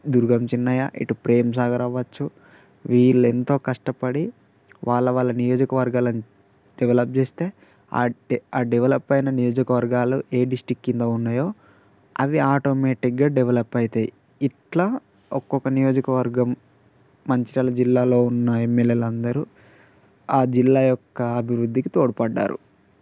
దుర్గం చిన్నయ్య ఇటు ప్రేమ్ సాగర్ అవ్వచ్చు వీళ్ళు ఎంతో కష్టపడి వాళ్ళ వాళ్ళ నియోజకవర్గాలని డెవలప్ చేస్తే ఆ డెవలప్ అయిన నియోజకవర్గాలు ఏ డిస్ట్రిక్ట్ కింద ఉన్నాయో అవి ఆటోమేటిక్గా డెవలప్ అవుతాయి ఇలా ఒక్కొక్క నియోజకవర్గం మంచిర్యాల జిల్లాలో ఉన్న ఎంఎల్ఏలు అందరూ ఆ జిల్లా యొక్క అభివృద్ధికి తోడ్పడ్డారు